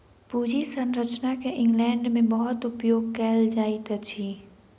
पूंजी संरचना के इंग्लैंड में बहुत उपयोग कएल जाइत अछि